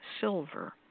silver